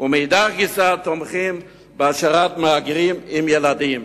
ומאידך גיסא תומכים בהשארת מהגרים עם ילדים".